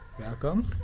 Welcome